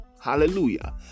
hallelujah